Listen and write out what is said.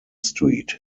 street